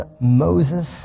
Moses